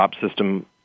system